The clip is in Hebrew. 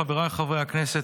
חבריי חברי הכנסת,